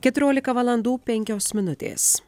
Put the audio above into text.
keturiolika valandų penkios minutės